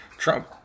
Trump